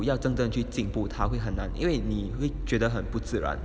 我要真正去进步他会很难因为你会觉得很不自然